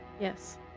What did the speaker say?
Yes